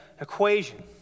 equation